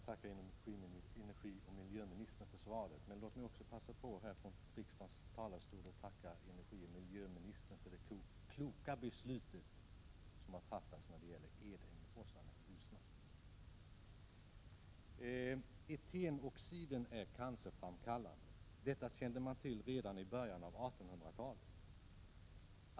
Herr talman! Jag tackar miljöoch energiministern för svaret. Jag vill också passa på att från riksdagens talarstol tacka miljöoch energiministern för det kloka beslut som har fattats när det gäller Edängeforsarna i Ljusnan. Etenoxid är cancerframkallande. Detta kände man till redan i början av 1800-talet.